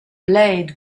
blade